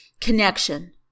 connection